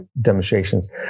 demonstrations